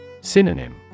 Synonym